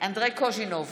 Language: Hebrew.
אנדרי קוז'ינוב,